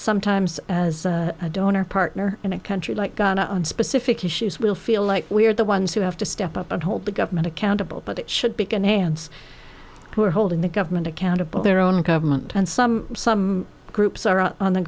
sometimes as a donor partner in a country like god on specific issues will feel like we are the ones who have to step up and hold the government accountable but it should begin hands who are holding the government accountable their own government and some some groups are on the